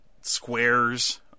squares